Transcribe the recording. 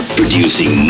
producing